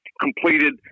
completed